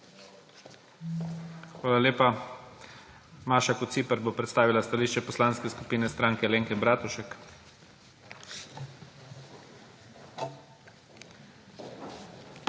Hvala lepa. Maša Kociper bo predstavila stališče Poslanske skupine Stranke Alenke Bratušek.